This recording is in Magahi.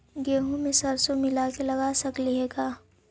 गेहूं मे सरसों मिला के लगा सकली हे का?